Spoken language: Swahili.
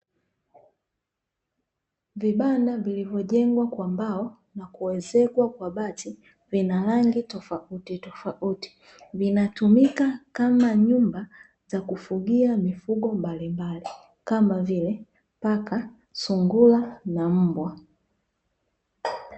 Vibanda vilivyojegwa kwa mbao na kuezekwa kwa bati vina rangi tofauti tofauti vinatumika kama nyumba za kufugia mifugi mbalimbamli kama vile paka, sungura na mbwa .